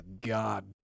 God